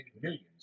millions